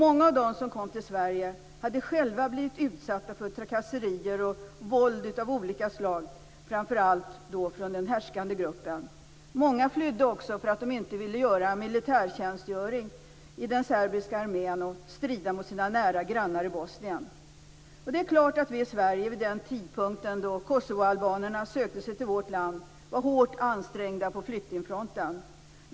Många av dem som kom till Sverige hade själva blivit utsatta för trakasserier och våld av olika slag, framför allt från den härskande gruppen. Många flydde också för att de inte ville göra militärtjänstgöring i den serbiska armén och strida mot sina nära grannar i Bosnien. Det är klart att vi i Sverige vid den tidpunkten då kosovoalbanerna sökte sig till vårt land var hårt ansträngda på flyktingfronten.